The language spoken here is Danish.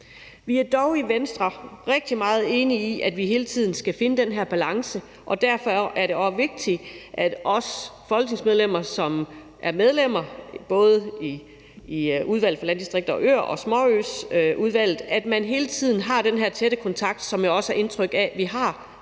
Vi er dog i Venstre rigtig meget enige i, at vi hele tiden skal finde den her balance, og derfor er det også vigtigt, at vi folketingsmedlemmer, som er medlemmer af både Udvalget for Landdistrikter og Øer og Udvalget for Småøer, hele tiden har den her tætte kontakt, som jeg også har indtryk af at vi har i de